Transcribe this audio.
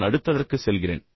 நான் அடுத்ததற்கு செல்கிறேன்